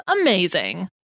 amazing